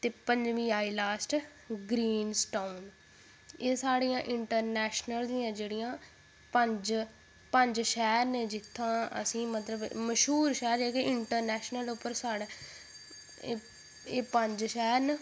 ते पंजमी आई लास्ट ग्रीनस्टौंग एह् साढ़ियां इंटरनैशनल दियां जेह्ड़ियां पंज पंज शैह्र न जित्थुआं असेंगी मतलब मश्हूर शैह्र जेह्के इंटरनैशनल पर साढ़ै एह् एह् पंज शैह्र न